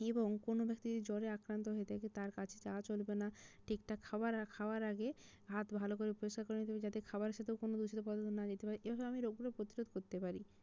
এবং কোনো ব্যক্তি যদি জ্বরে আক্রান্ত হয়ে থাকে তার কাছে যাওয়া চলবে না ঠিকঠাক খাবার খাবার আগে হাত ভালো করে পরিষ্কার করে নিতে হবে যাতে খাবারের সাথেও কোনো দূষিত পদার্থ না যেতে পারে এভাবে আমি রোগগুলোর প্রতিরোধ করতে পারি